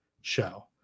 show